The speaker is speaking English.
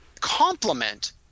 complement